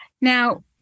Now